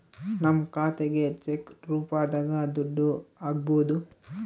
ನಮ್ ಖಾತೆಗೆ ಚೆಕ್ ರೂಪದಾಗ ದುಡ್ಡು ಹಕ್ಬೋದು